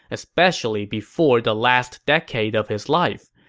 especially before the last decade of his life.